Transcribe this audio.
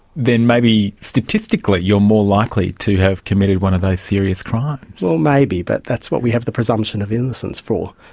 then maybe statistically you're more likely to have committed one of those serious crimes. well, so maybe, but that's what we have the presumption of innocence for.